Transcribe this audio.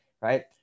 Right